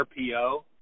rpo